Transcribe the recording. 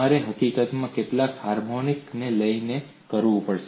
તમારે હકીકતમાં કેટલાક હાર્મોનિક્સ લઈને કરવું પડશે